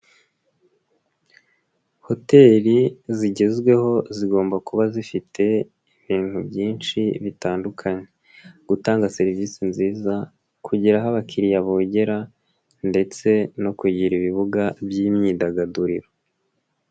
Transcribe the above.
Hoteri zigezweho zigomba kuba zifite ibintu byinshi bitandukanye, gutanga serivisi nziza, kugira aho abakiriya bogera ndetse no kugira ibibuga by'imyidagaduriro.